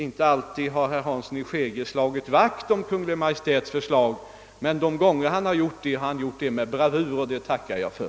Herr Hansson i Skegrie har inte alltid slagit vakt om Kungl. Maj:ts förslag, men de gånger han har gjort det, har han gjort det med bravur och det tackar jag för.